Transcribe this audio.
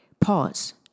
pause